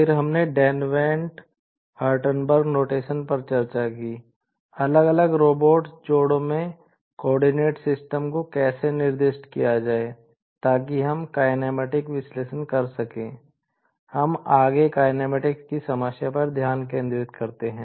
फिर हमने Denavit Hartenberg notation पर ध्यान केंद्रित करते हैं